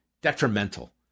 detrimental